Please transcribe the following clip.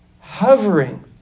hovering